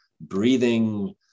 breathing